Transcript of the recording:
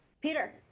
Peter